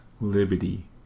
liberty